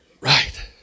Right